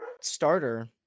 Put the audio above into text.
starter